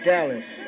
Dallas